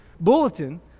bulletin